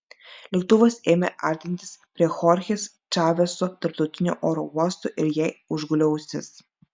lėktuvas ėmė artintis prie chorchės čaveso tarptautinio oro uosto ir jai užgulė ausis